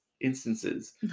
instances